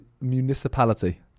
Municipality